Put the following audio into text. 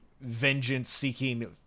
vengeance-seeking